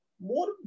More